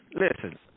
Listen